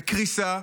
בקריסה.